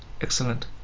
Excellent